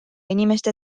inimeste